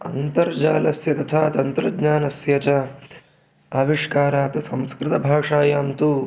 अन्तर्जालस्य तथा तन्त्रज्ञानस्य च आविष्कारात् संस्कृतभाषायां तु